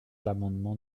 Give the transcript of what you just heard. l’amendement